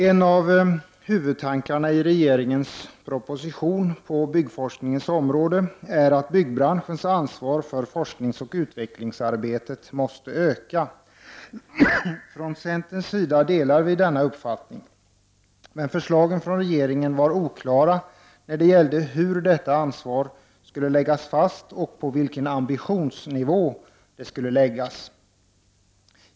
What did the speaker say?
En av huvudtankarna i regeringens proposition på byggforskningens område är att byggbranschens ansvar för forskningsoch utvecklingsarbetet måste öka. Från centerns sida delar vi denna uppfattning. Men förslagen från regeringen var oklara när det gällde hur detta ansvar skulle läggas fast och på vilken ambitionsnivå det skulle läggas.